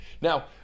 Now